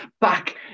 back